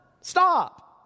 Stop